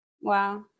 Wow